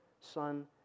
Son